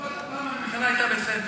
לפחות הפעם הממשלה הייתה בסדר.